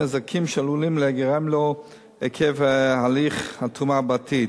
נזקים שעלולים להיגרם לו עקב הליך התרומה בעתיד.